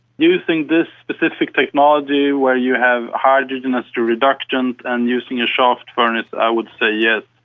using this specific technology where you have hydrogen as the reductant and using a shaft furnace, i would say yes.